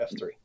F3